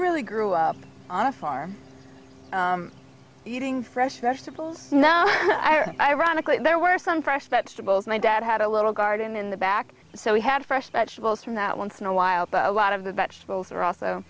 really grew up on a farm eating fresh vegetables ironically there were some fresh vegetables my dad had a little garden in the back so we had fresh vegetables from that once in a while but a lot of the vegetables were also